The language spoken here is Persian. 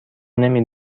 نمی